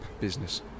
business